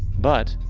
but,